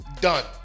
Done